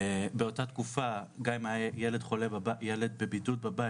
באותה תקופה גם אם היה ילד בבידוד בבית